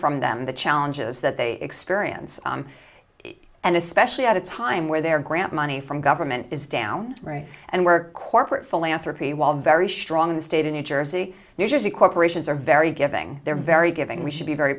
from them the challenges that they experience and especially at a time where their grant money from government is down right and we're corporate philanthropy while very strong in the state and jersey new jersey corporations are very giving they're very giving we should be very